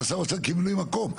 אתה שם אותם כמילוי מקום.